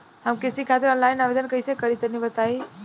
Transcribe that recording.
हम कृषि खातिर आनलाइन आवेदन कइसे करि तनि बताई?